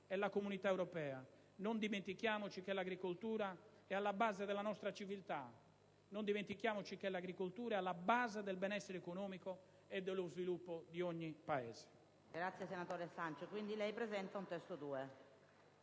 e la Comunità europea. Non dimentichiamoci che l'agricoltura è alla base della nostra civiltà. Non dimentichiamoci che l'agricoltura è alla base del benessere economico e dello sviluppo di ogni Paese.